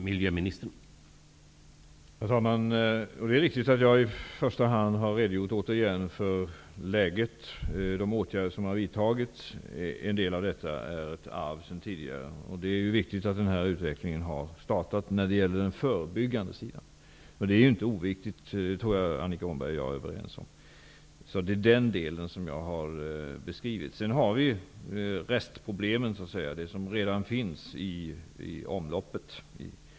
Herr talman! Det är riktigt att jag återigen i första hand har redogjort för läget, de åtgärder som har vidtagits; en del av detta är ett arv sedan tidigare. Det är ju viktigt att den här utvecklingen har startat när det gäller den förebyggande sidan -- jag tror att Annika Åhnberg och jag är överens om att det inte är oviktigt. Det är den delen som jag har beskrivit. Sedan har vi restproblemen, det som i olika sammanhang redan finns i omloppet.